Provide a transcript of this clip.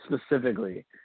specifically